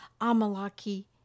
Amalaki